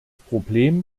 problem